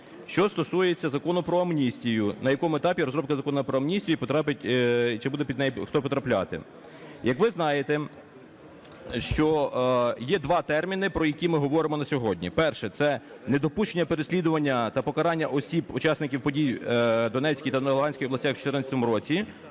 Що стосується Закону про амністію, на якому етапі розробка Закону про амністію і потрапить... чи буде під неї хто потрапляти. Як ви знаєте, що є два терміни, про які ми говоримо на сьогодні. Перше – це недопущення переслідування та покарання осіб, учасників подій в Донецькій та в Луганській областях в 14-му році,